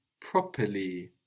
properly